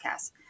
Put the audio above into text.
podcast